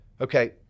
okay